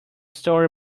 story